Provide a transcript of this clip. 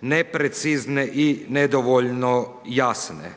neprecizne i nedovoljno jasne.